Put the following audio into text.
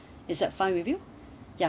is that fine with you ya